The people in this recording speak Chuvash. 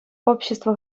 общество